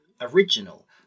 original